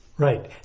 Right